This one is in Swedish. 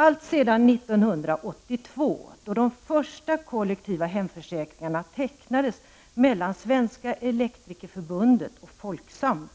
Alltsedan 1982, då de första kollektiva hemförsäkringarna tecknades mellan Svenska Eelektrikerförbundet och Folksam,